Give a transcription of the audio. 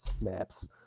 maps